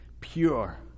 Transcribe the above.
pure